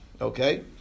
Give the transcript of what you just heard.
Okay